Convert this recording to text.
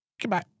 Goodbye